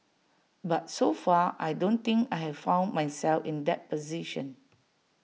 but so far I don't think I've found myself in that position